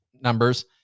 Numbers